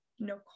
no